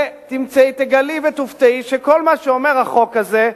ותגלי ותופתעי שכל מה שאומר החוק הזה,